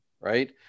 right